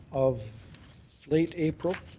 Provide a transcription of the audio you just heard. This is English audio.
of late april,